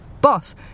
boss